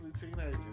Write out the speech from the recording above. teenagers